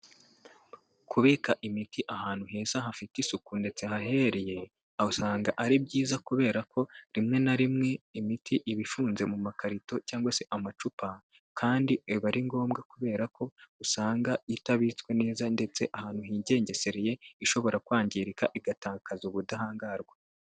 Kubika imiti ahantu heza hafite isuku ndetse hahehereye usanga ari byiza kubera ko rimwe na rimwe imiti iba ifunze mu makarito cyangwa se amacupa, kandi aba ari ngombwa kubera ko usanga itabitswe neza ndetse ahantu higengesereye ishobora kwangirika igatakaza ubudahangarwa.